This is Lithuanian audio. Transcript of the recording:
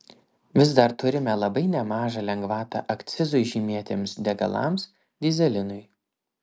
vis dar turime labai nemažą lengvatą akcizui žymėtiems degalams dyzelinui